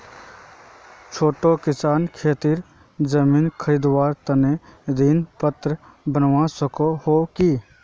छोटो किसान खेतीर जमीन खरीदवार तने ऋण पात्र बनवा सको हो कि?